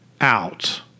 out